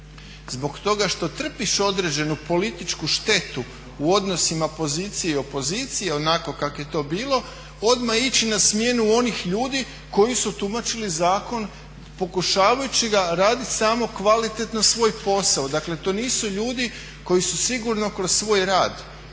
zbog toga što trpiš određenu političku štetu u odnosima pozicije i opozicije onako kako je to bilo odmah ići na smjenu onih ljudi koji su tumačili zakon pokušavajući ga radit samo kvalitetno svoj posao. Dakle to nisu ljudi koji su sigurno kroz svoj rad